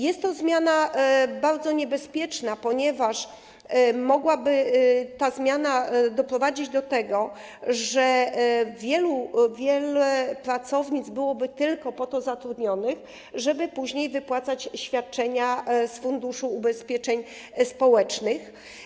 Jest to zmiana bardzo niebezpieczna, ponieważ mogłaby ona doprowadzić do tego, że wiele pracownic byłoby tylko po to zatrudnionych, żeby później wypłacać świadczenia z Funduszu Ubezpieczeń Społecznych.